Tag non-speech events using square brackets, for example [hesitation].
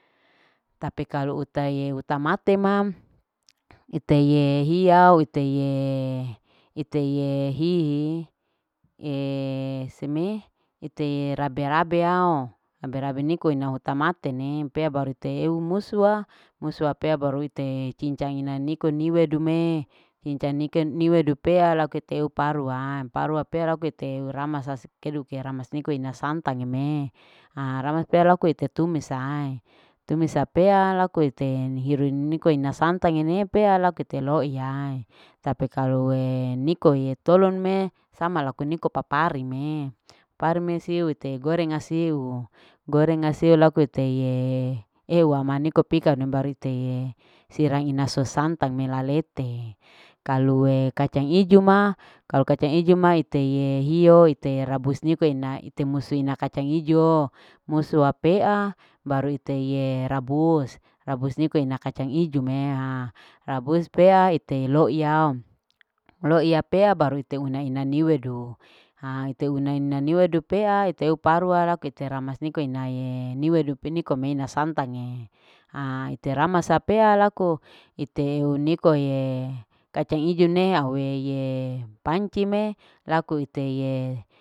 Tapi kalu utaye hutamate mam ute hiye hiau. ute hiye hihi [hesitation] seme ite hiye rabe. rabe yao rabe. rabe niko inau tamate pea baru teu musua. musua pea baru ite cincang ina niko nuwe dumee cincang niko niwe dupea laku teu parua. parua pea laku ite ue ramas sasuke duke ramas niko ina santage me haa ramas pea laku ite tumis ae tumis au pea laku ite hiru nike ina santage ine upea laku te liyaa tapi kalue iyee niko iye tolonme sama laku niko papari me. pri me siu te goreng asiu goreng asiu laku ite yee eua maniko pikanu barite yee sirange ina te santage kalue kacang ijo ma. kalue kacang ijo. kalu kacang ijo ma ite ye hio. ite rabus ni uke ina ite musui ina kacang ijo musua pea baru ite iye rabus. rabus niko ina kacang ijo me ha rabus pea ite loiya. liya pea baru unai inani weidu haa ite una niweidu pea iteu parua laku ite ramas niko inaie niweidu pe nikome au na santage haa ite ramas pea laku ite eu niko ye kacang ijo nehe auwe ye panci me laku iteye.